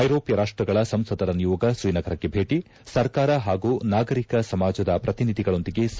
ಐರೋಷ್ಣ ರಾಷ್ಷಗಳ ಸಂಸದರ ನಿಯೋಗ ತ್ರೀನಗರಕ್ಕೆ ಭೇಟಿ ಸರ್ಕಾರ ಹಾಗೂ ನಾಗರಿಕ ಸಮಾಜದ ಪ್ರತಿನಿಧಿಗಳೊಂದಿಗೆ ಸಮಾಲೋಚನೆ